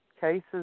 cases